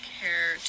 care